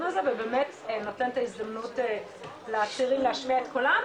הזה ובאמת נותן את ההזדמנות לצעירים להשמיע את קולם,